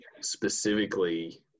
specifically